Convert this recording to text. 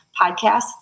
podcasts